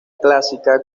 clásica